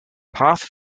path